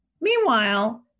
Meanwhile